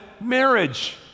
marriage